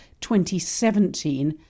2017